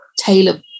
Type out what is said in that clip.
tailor